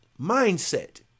Mindset